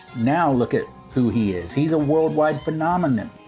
now, look at who he is. he's a worldwide phenomenon.